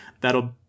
That'll